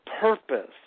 purpose